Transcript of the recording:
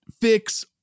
fix